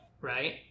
right